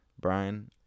Brian